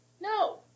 No